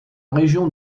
région